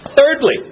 Thirdly